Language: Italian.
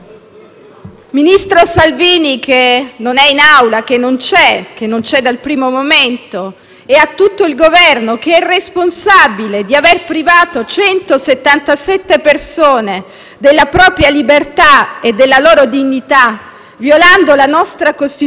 e a tutto il Governo che è responsabile di aver privato 177 persone della loro libertà e dignità, violando la nostra Costituzione e le convenzioni internazionali: vi chiediamo di farvi un esame di coscienza